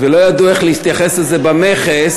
ולא ידעו איך להתייחס לזה במכס,